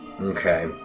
Okay